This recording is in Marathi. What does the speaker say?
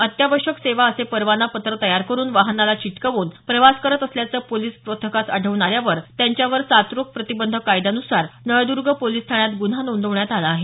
अत्यावश्यक सेवा असे परवाना पत्र तयार करुन वाहनाला चिटकव्न प्रवास करत असल्याचं पोलिस पथकास आढळून आल्यावर त्यांच्यावर साथरोग प्रतिबंधक कायद्यान्सार नळदर्ग पोलीस ठाण्यात गुन्हा नोंदवण्यात आला आहे